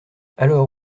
alors